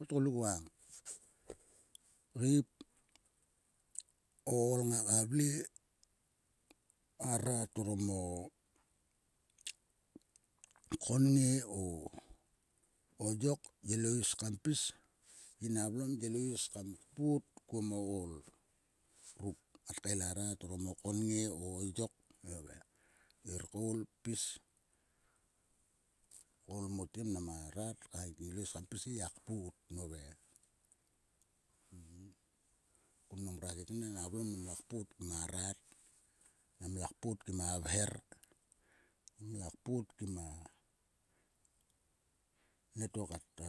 O tgoluk vang. Ireip o ool ngaka vle. a rat orom o konnge o yok. Ilo is kam pis. yin a vlom ilo is kam kpot kuon mo ool ruk. Ngak kael o rat orom o konnge yok nove. Ngir koul pis koul mote mnam a rat ka ngaiting ilo is kam pis gia kpot nove. Ko mnam ngora keknen a vlom namla kpot ma rat. namla kpot kim a vher. namla kpot kim a nieto kat a.